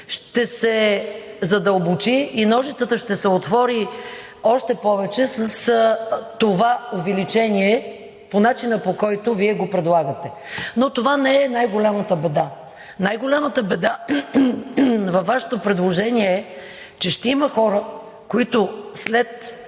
ще се задълбочи и ножицата ще се отвори още повече с това увеличение по начина, по който Вие го предлагате. Но това не е най-голямата беда. Най-голямата беда във Вашето предложение е, че ще има хора, които след